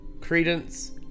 Credence